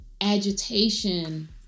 agitation